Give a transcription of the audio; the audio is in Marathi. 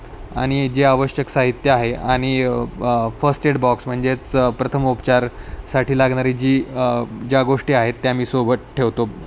आणि जे आवश्यक साहित्य आहे आणि फस्ट एड बॉक्स म्हणजेच प्रथमोपचारसाठी लागणारी जी ज्या गोष्टी आहेत त्या मी सोबत ठेवतो